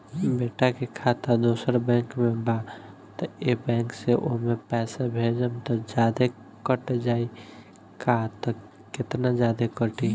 बेटा के खाता दोसर बैंक में बा त ए बैंक से ओमे पैसा भेजम त जादे कट जायी का त केतना जादे कटी?